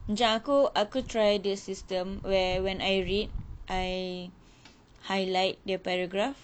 macam aku aku try the system where when I read I highlight the paragraph